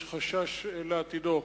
יש חשש לעתידו.